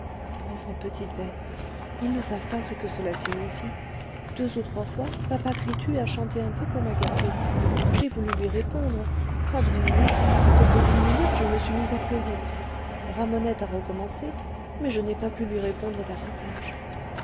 pauvres petites bêtes ils ne savent pas ce que cela signifie deux ou trois fois papa crétu a chanté un peu pour m'agacer j'ai voulu lui répondre ah bien oui au bout d'une minute je me suis mise à pleurer ramonette a recommencé mais je n'ai pas pu lui répondre davantage